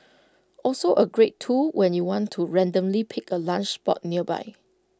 also A great tool when you want to randomly pick A lunch spot nearby